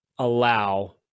Allow